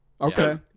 Okay